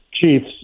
Chiefs